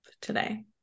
today